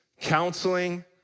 counseling